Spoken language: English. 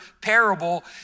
parable